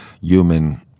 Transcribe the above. human